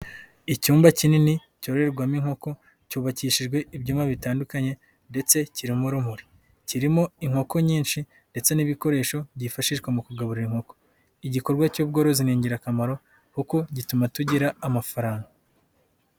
Icyumba kinini cyororerwamo inkoko cyubakishijwe ibyuma bitandukanye, ndetse kimo urumuri kirimo inkoko nyinshi ndetse n'ibikoresho byifashishwa mu kugaburira inkoko. Igikorwa cy'ubworozi ni ingirakamaro kuko gituma tugira amafaranga.